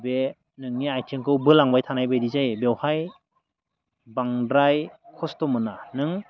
बे नोंनि आथिंखौ बोलांबाय थानाय बायदि जायो बेवहाय बांद्राय खस्थ' मोना नों